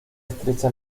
estrecha